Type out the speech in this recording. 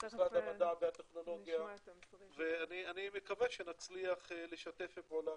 משרד המדע והטכנולוגיה ואני מקווה שנצליח לשתף פעולה